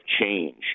Change